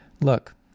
look